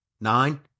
nine